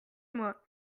mois